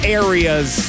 areas